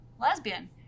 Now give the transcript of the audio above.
lesbian